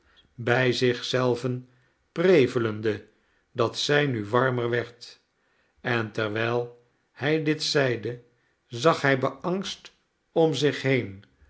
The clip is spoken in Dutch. bij zich zelven prevelende dat zij nu warmer werd en terwijl hij dit zeide zag hij beangst om zich heen